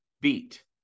beat